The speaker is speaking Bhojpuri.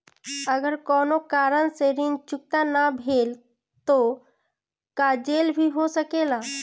अगर कौनो कारण से ऋण चुकता न भेल तो का जेल भी हो सकेला?